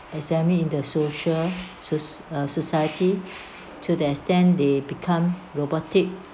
examine in the social so~ uh society to the extent they become robotic